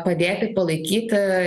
padėti palaikyti